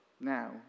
now